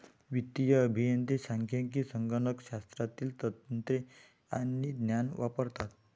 वित्तीय अभियंते सांख्यिकी, संगणक शास्त्रातील तंत्रे आणि ज्ञान वापरतात